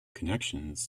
connections